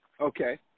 Okay